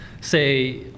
say